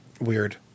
Weird